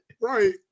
Right